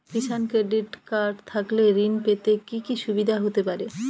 কিষান credit card থাকলে ঋণ পেতে কি কি সুবিধা হতে পারে?